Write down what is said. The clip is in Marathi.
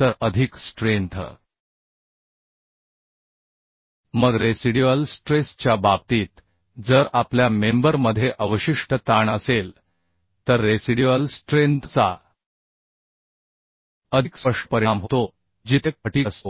तर अधिक स्ट्रेंथ होईल मग रेसिड्युअल स्ट्रेस च्या बाबतीत जर आपल्या मेंबर मध्ये अवशिष्ट ताण असेल तर रेसिड्युअल स्ट्रेंथ चा अधिक स्पष्ट परिणाम होतो जिथे फटिग असतो